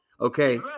Okay